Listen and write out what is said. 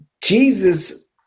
Jesus